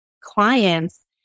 clients